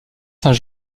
saint